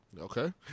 Okay